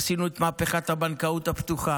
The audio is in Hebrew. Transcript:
עשינו את מהפכת הבנקאות הפתוחה.